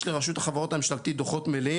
לרשות החברות הממשלתיות דוחות מלאים.